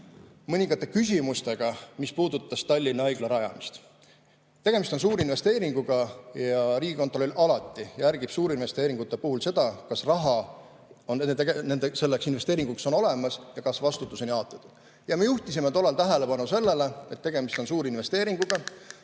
mõningate küsimustega, mis puudutasid Tallinna Haigla rajamist. Tegemist on suurinvesteeringuga ja Riigikontroll alati jälgib suurinvesteeringute puhul seda, kas raha selleks investeeringuks on olemas ja kas vastutus on jaotatud. Me juhtisime tollal tähelepanu sellele, et tegemist on suurinvesteeringuga,